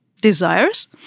desires